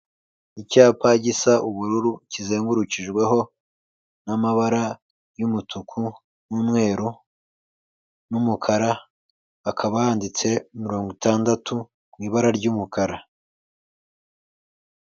Icyapa gisa ubururu kizengurukijweho n'amabara y'umutuku n'umweru n'umukara, akaba yanditse mirongo itandatu mu ibara ry'umukara.